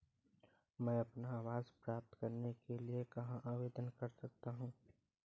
मैं अपना आवास प्राप्त करने के लिए कहाँ आवेदन कर सकता हूँ?